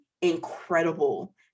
incredible